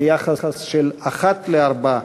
ביחס של אחת לארבעה.